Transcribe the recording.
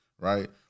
right